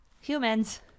Humans